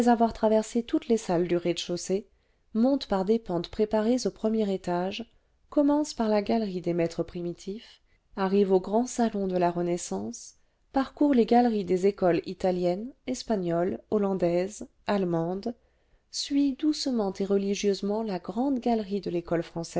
avoir traversé toutes les salles du rez-de-chaussée monte par des pentes préparées au premier étage commence par la galerie des maîtres primitifs arrive an grand salon de la renaissance parcourt les galeries des écoles itabenne espagnole hollandaise allemande suit doucement et religieusement la grande galerie de l'école